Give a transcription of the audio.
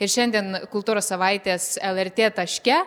ir šiandien kultūros savaitės lrt taške